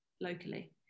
locally